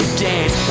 dance